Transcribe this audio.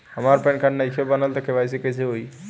हमार PAN card नईखे बनल त के.वाइ.सी कइसे होई?